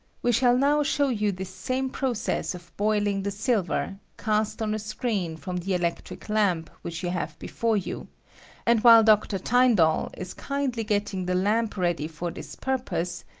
we shall now show you this same process of boiling the sil ver, cast on a screen from the electric lamp which you have before you and while dr. tyndall is kindly getting the lamp ready for this purpose,